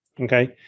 Okay